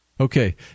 Okay